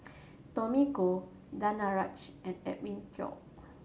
Tommy Koh Danaraj and Edwin Koek